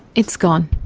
it's gone.